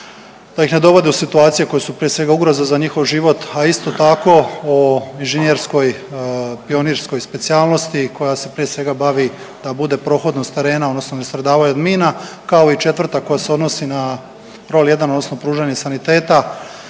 da ih ne dovode u situacije koje su prije svega ugroza za njihov život, a isto tako o inženjerskoj pionirskoj specijalnosti koja se prije svega bavi da bude prohodnost terena odnosno da ne stradavaju od mina, kao i četvrta koja se odnosi na …/Govornik se ne razumije/…odnosno pružanje saniteta